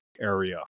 area